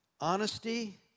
Honesty